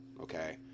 Okay